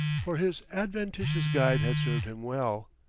for his adventitious guide had served him well,